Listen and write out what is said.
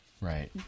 right